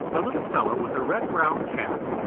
a little fellow with a red-brown cap,